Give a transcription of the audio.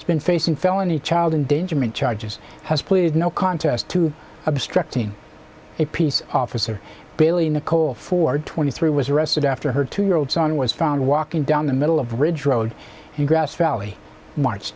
has been facing felony child endangerment charges has pleaded no contest to obstructing a peace officer bailey nicole ford twenty three was arrested after her two year old son was found walking down the middle of ridge road and grass valley march